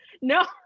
No